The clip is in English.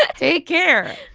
ah take care.